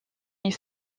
est